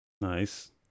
Nice